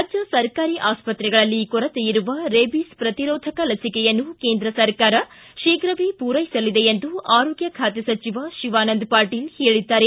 ರಾಜ್ಯ ಸರ್ಕಾರಿ ಆಸ್ಪತ್ರೆಗಳಲ್ಲಿ ಕೊರತೆಯಿರುವ ರೇಬಿಸ್ ಪ್ರತಿರೋಧಕ ಲಸಿಕೆಯನ್ನು ಕೇಂದ್ರ ಸರ್ಕಾರ ಶೀಘ್ರವೇ ಪೂರೈಸಲಿದೆ ಎಂದು ಆರೋಗ್ನ ಖಾತೆ ಸಚಿವ ಶಿವಾನಂದ ಪಾಟೀಲ್ ಹೇಳಿದ್ದಾರೆ